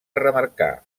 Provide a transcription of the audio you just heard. remarcar